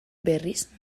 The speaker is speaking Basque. berriz